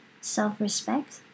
self-respect